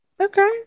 Okay